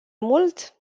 mult